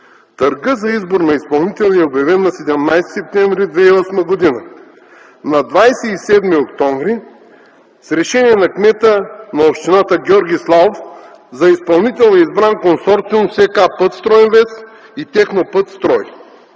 Търгът за избор на изпълнител е обявен на 17 септември 2008 г. На 27 октомври с решение на кмета на общината Георги Славов за изпълнител е избран Консорциум „СК Пътстройинвест - Технопътстрой”.